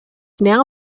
now